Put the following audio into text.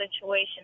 situation